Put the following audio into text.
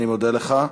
אני מודה לך.